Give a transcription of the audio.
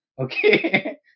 Okay